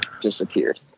disappeared